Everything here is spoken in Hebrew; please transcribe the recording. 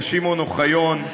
לשמעון אוחיון,